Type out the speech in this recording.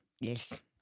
Yes